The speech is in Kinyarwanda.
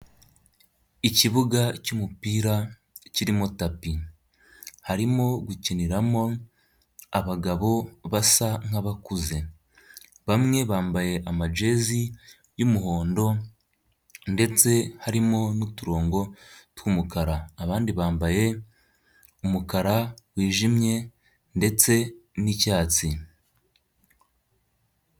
Ikibuga cy'umupira kirimo tapi, harimo gukiniramo abagabo basa nk'abakuze bamwe bambaye amajezi y'umuhondo ndetse harimo n'uturongo tw'umukara abandi bambaye umukara wijimye ndetse nicyatsi.